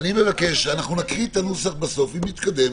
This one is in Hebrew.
אני מבקש שנקריא את הנוסח בסוף, אם נתקדם